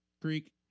creek